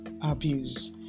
abuse